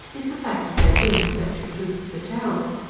is the fact of there being such a truth to tell?